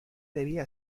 debía